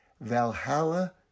Valhalla